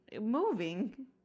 moving